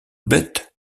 bête